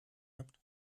habt